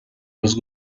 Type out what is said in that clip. los